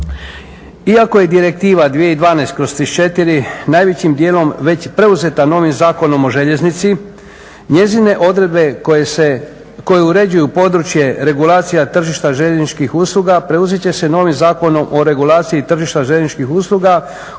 Iako je Direktiva 2012/34 najvećim dijelom već preuzeta novim Zakonom o željeznici njezine odredbe koje uređuju područje regulacija tržišta željezničkih usluga preuzet će se novim Zakonom o regulaciji tržišta željezničkih usluga koji